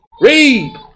Read